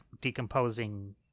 decomposing